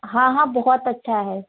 हाँ हाँ बहुत अच्छा है